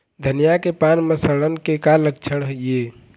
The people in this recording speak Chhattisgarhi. धनिया के पान म सड़न के का लक्षण ये?